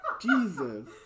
Jesus